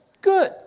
Good